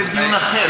זה דיון אחר.